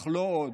אך לא עוד.